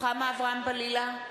רוחמה אברהם-בלילא,